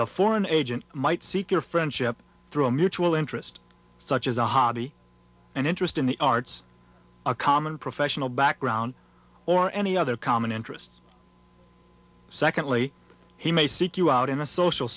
the foreign agent might seek your friendship through a mutual interest such as a hobby and interest in the arts a common professional background or any other common interests secondly he may seek you out in a social